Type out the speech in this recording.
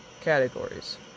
categories